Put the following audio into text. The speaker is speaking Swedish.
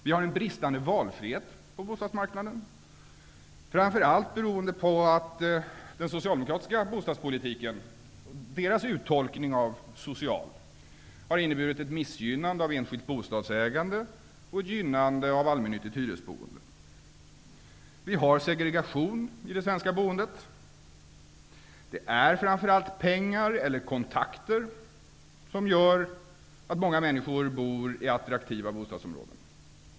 Vi har bristande valfrihet på bostadsmarknaden, framför allt beroende på att den socialdemokratiska bostadspolitiken, alltså Socialdemokraternas uttolkning av ''social'', har inneburit ett missgynnande av enskilt bostadsägande och ett gynnande av allmännyttigt hyresboende. Vi har segregation i det svenska boendet. Det är framför allt pengar eller kontakter som gör att många människor bor i attraktiva bostadsområden.